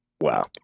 Wow